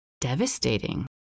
devastating